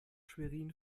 schwerin